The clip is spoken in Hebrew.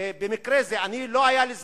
במקרה זה לא היה לי זמן,